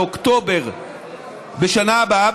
באוקטובר בשנה הבאה,